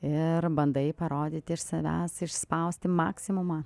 ir bandai parodyti iš savęs išspausti maksimumą